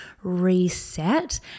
reset